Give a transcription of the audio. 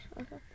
Okay